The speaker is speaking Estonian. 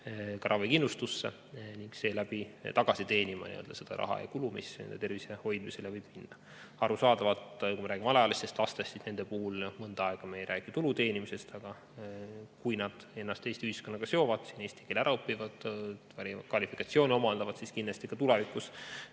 ravikindlustusse, ja seeläbi tagasi teenima seda raha ja kulu, mis nende tervise hoidmisele võib minna. Arusaadavalt, kui me räägime alaealistest lastest, siis nende puhul mõnda aega me ei räägi tulu teenimisest. Aga kui nad ennast Eesti ühiskonnaga seovad, eesti keele ära õpivad, kvalifikatsiooni omandavad, siis kindlasti saavad